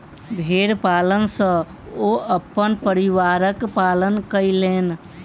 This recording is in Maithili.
भेड़ पालन सॅ ओ अपन परिवारक पालन कयलैन